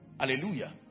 Hallelujah